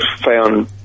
found